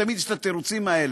תמיד יש את התירוצים האלה.